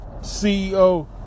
CEO